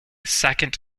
second